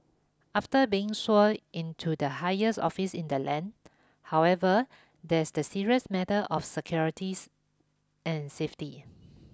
after being sworn in to the highest office in the land however there's the serious matter of securities and safety